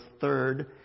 third